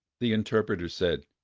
the interpreter said,